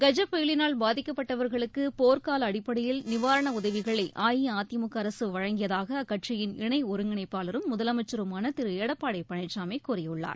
கஜ புயலினால் பாதிக்கப்பட்டவர்களுக்கு போர்க்கால அடிப்படையில் நிவாரண உதவிகளை அஇஅதிமுக அரசு வழங்கியதாக அக்கட்சியின் இணை ஒருங்கிணைப்பாளரும் முதலமைச்சருமான திரு எடப்பாடி பழனிசாமி கூறியுள்ளார்